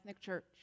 church